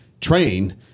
train